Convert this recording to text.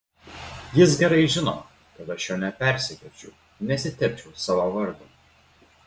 jis gerai žino kad aš jo nepersekiočiau nesitepčiau savo vardo